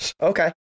Okay